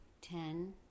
ten